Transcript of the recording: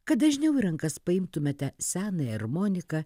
kad dažniau į rankas paimtumėte senąją armoniką